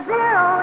Zero